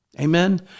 Amen